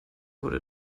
wurde